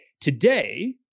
today